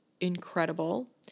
incredible